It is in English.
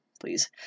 Please